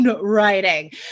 writing